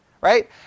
right